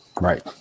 Right